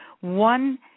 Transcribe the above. one